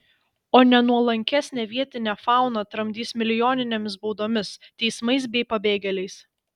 o nenuolankesnę vietinę fauną tramdys milijoninėmis baudomis teismais bei pabėgėliais